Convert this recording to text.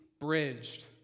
Bridged